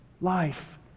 life